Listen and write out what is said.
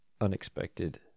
unexpected